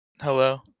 Hello